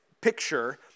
picture